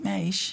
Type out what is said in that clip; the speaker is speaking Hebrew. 100 איש,